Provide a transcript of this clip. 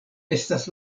estas